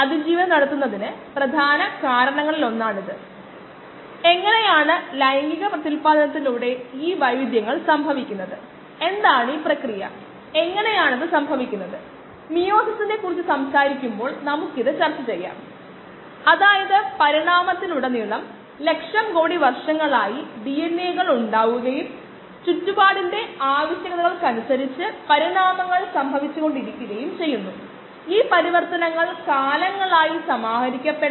303kd5 അതിനാൽ ഇവിടെ kd മാത്രമാണ് വേരിയബിൾ kd നമ്മൾ ഇത് കൈമാറ്റം ചെയ്യുകയോ അല്ലെങ്കിൽ സമവാക്യത്തിന്റെ ഇരുവശങ്ങളും വർദ്ധിപ്പിക്കുകയോ ചെയ്താൽ നമുക്ക് അറിയാവുന്ന സമവാക്യത്തിന്റെ ഇരുവശത്തും ഒരേ കാര്യങ്ങൾ ചെയ്യാൻ കഴിയും ഈ വശത്തെ kdയും ഈ വശത്തെ kdയും കൊണ്ട് ഗുണിച്ചാൽ നമുക്ക് ഈ വശത്തെ 300 ഉം ഈ വശം 300 ഉം കൊണ്ട് ഹരിച്ചാൽ നമുക്ക് kd 2